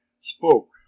Spoke